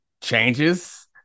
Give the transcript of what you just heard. changes